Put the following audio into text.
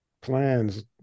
plans